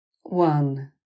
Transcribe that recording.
One